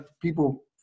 people